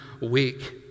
week